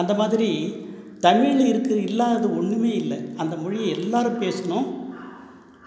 அந்த மாதிரி தமிழில் இருக்கு இல்லாதது ஒன்றுமே இல்லை அந்த மொழியை எல்லாேரும் பேசணும்